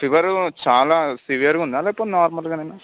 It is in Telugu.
ఫీవర్ చాలా సివియర్గా ఉందా లేకపోతే నార్మల్గానా